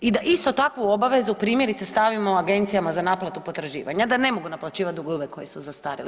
I da istu takvu obavezu primjerice stavimo agencijama za naplatu potraživanja, da ne mogu naplaćivati dugove koji su zastarjeli.